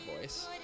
voice